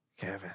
Kevin